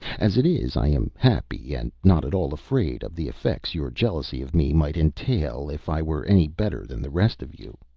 as it is, i am happy and not at all afraid of the effects your jealousy of me might entail if i were any better than the rest of you.